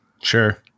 Sure